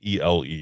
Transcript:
ELE